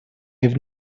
have